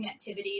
connectivity